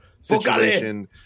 situation